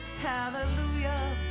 Hallelujah